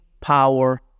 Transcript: power